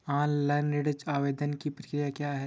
Online ऋण आवेदन की प्रक्रिया क्या है?